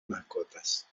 mascotas